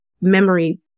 memory